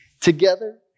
together